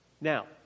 Now